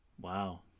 Wow